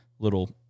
little